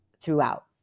throughout